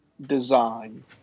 design